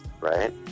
right